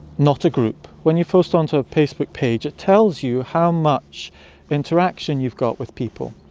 not a group, when you post onto a facebook page it tells you how much interaction you've got with people.